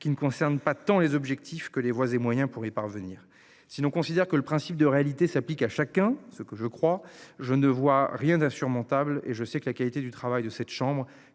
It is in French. qui ne concerne pas tant les objectifs que les voies et moyens pour y parvenir. Si l'on considère que le principe de réalité s'applique à chacun ce que je crois je ne vois rien d'insurmontable et je sais que la qualité du travail de cette chambre